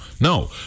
no